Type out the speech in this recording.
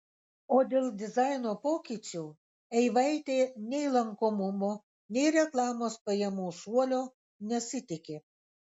o dėl dizaino pokyčių eivaitė nei lankomumo nei reklamos pajamų šuolio nesitiki